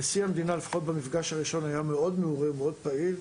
במפגש הראשון נשיא המדינה היה מאוד מעורה ופעיל.